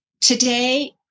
Today